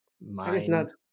mind